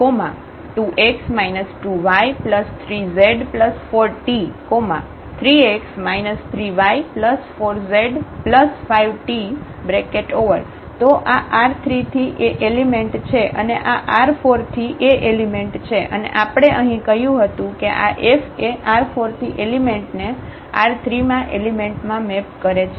તેથી Fxyztx yzt2x 2y3z4t3x 3y4z5t તો આ R3 થી એ એલિમેન્ટ છે અને આ R4 થી એ એલિમેન્ટ છે અને આપણે અહીં કહ્યું હતું કે આ F એ R4 થી એલિમેન્ટ ને R3 માં એલિમેન્ટમાં મેપ કરે છે